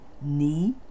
knee